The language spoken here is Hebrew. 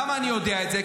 למה אני יודע את זה?